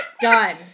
Done